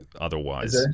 otherwise